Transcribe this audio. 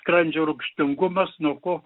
skrandžio rūgštingumas nuo ko